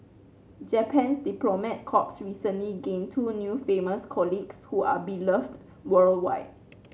Japan's diplomat corps recently gained two new famous colleagues who are beloved worldwide